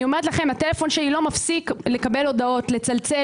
אני אומרת לכם שהטלפון שלי לא מפסיק לקבל הודעות ולצלצל